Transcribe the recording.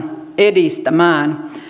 edistämään